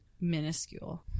minuscule